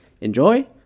enjoy